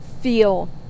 feel